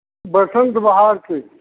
बसंत बहार की